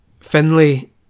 Finley